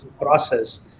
process